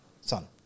son